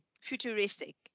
futuristic